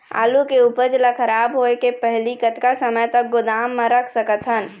आलू के उपज ला खराब होय के पहली कतका समय तक गोदाम म रख सकत हन?